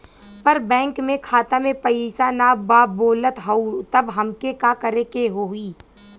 पर बैंक मे खाता मे पयीसा ना बा बोलत हउँव तब हमके का करे के होहीं?